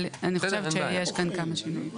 אבל אני חושבת שיש כאן כמה שינויים.